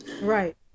Right